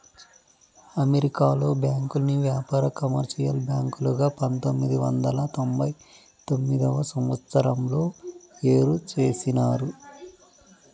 అమెరికాలో బ్యాంకుల్ని వ్యాపార, కమర్షియల్ బ్యాంకులుగా పంతొమ్మిది వందల తొంభై తొమ్మిదవ సంవచ్చరంలో ఏరు చేసినారు